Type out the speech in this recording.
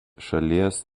šalies